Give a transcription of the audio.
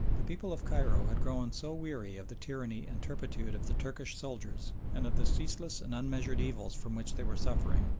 the people of cairo had grown so weary of the tyranny and turpitude of the turkish soldiers and of the ceaseless and unmeasured evils from which they were suffering,